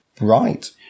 Right